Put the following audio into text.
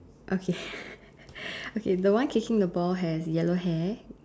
okay okay the one kicking the ball has yellow hair